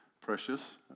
precious